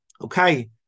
Okay